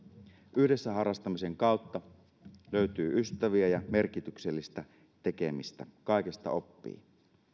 yhdessä harrastamisen kautta löytyy ystäviä ja merkityksellistä tekemistä kaikesta oppii